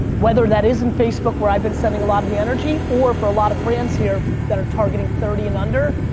whether that is in facebook where i've been sending a lot of the energy or for a lot of brands here that are targeting thirty and under,